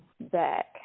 back